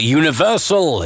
universal